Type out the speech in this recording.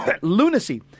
Lunacy